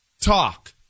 talk